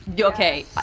okay